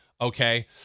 Okay